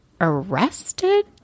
arrested